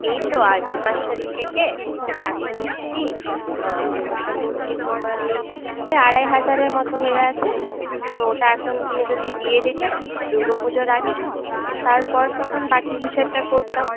এই তো আগের মাসের থেকে এখন অবধি মোটামুটি তোমার ওই ওই আড়াই হাজারের মতো হয়ে আছে তো ওটা এখন তুমি যদি দিয়ে দিতে দুর্গা পুজোর আগে তারপর তখন বাকি হিসেবটা করতাম